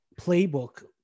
playbook